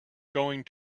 going